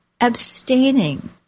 abstaining